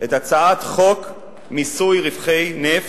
את הצעת חוק מיסוי רווחי נפט,